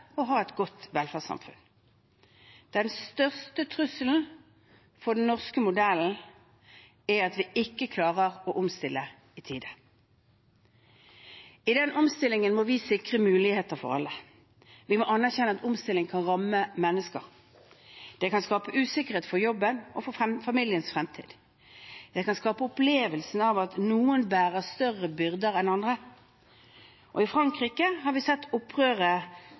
ha et godt velferdssamfunn. Den største trusselen for den norske modellen er at vi ikke klarer å omstille i tide. I den omstillingen må vi sikre muligheter for alle. Vi må anerkjenne at omstilling kan ramme mennesker. Det kan skape usikkerhet for jobben og for familiens fremtid. Det kan skape opplevelsen av at noen bærer større byrder enn andre. I Frankrike har vi sett opprøret